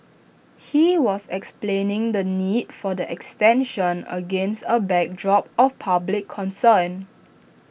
he was explaining the need for the extension against A backdrop of public concern